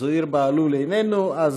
זוהיר בהלול, אינו נוכח.